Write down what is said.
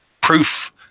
Proof